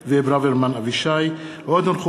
יעקב מרגי ואורי מקלב,